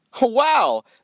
Wow